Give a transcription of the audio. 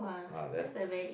ah that's